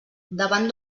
davant